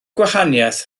gwahaniaeth